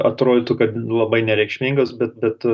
atrodytų kad labai nereikšmingas bet bet